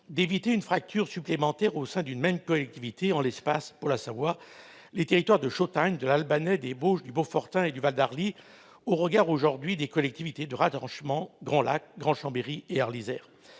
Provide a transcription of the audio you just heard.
AMEL -, une fracture supplémentaire au sein d'une même collectivité, en l'espèce pour la Savoie les territoires de Chautagne, de l'Albanais, des Bauges, du Beaufortain et du Val d'Arly, au regard de leur collectivité de rattachement : Grand Lac, Grand Chambéry et Arlysère.